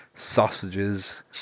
Sausages